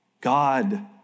God